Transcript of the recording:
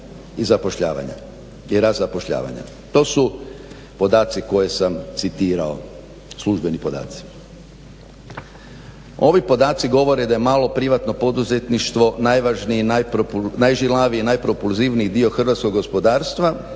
i zapošljavanja i rad zapošljavanja. To su podaci koje sam citirao, službeni podaci. Ovi podaci govore da je malo privatno poduzetništvo najvažniji, najžilaviji, najpropulzivniji dio hrvatskog gospodarstva